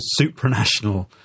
supranational